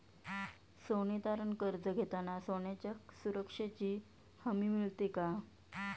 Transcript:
सोने तारण कर्ज घेताना सोन्याच्या सुरक्षेची हमी मिळते का?